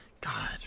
God